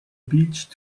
beach